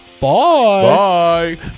bye